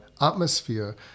atmosphere